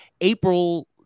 April